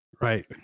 right